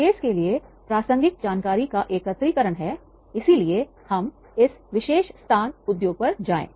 case के लिए प्रासंगिक जानकारी का एकत्रीकरण है इसीलिए हम इस विशेष स्थान उद्योग पर जाएं